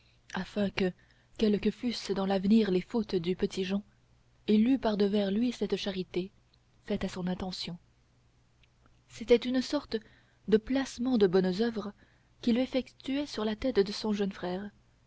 afin que quelles que fussent dans l'avenir les fautes du petit jehan il eût par devers lui cette charité faite à son intention c'était une sorte de placement de bonnes oeuvres qu'il effectuait sur la tête de son jeune frère